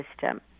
system